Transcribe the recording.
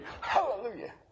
Hallelujah